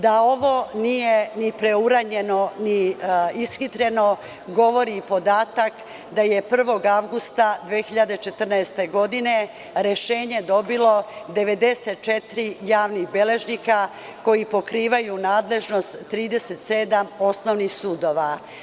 Da ovo nije ni preuranjeno, ni ishitreno, govori i podatak da je 1. avgusta 2014. godine rešenje dobilo 94 javna beležnika koji pokrivaju nadležnost 37 osnovnih sudova.